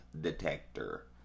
detector